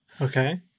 Okay